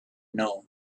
known